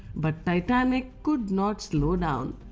but titanic, could not slow down.